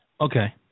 Okay